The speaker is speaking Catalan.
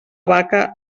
vaca